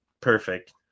Perfect